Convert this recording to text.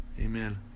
Amen